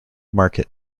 market